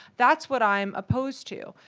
that's what i'm opposed to.